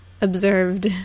observed